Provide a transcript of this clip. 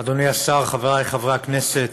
אדוני השר, חבריי חברי הכנסת,